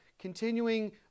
continuing